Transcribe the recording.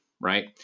right